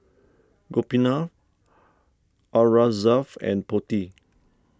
Gopinath Aurangzeb and Potti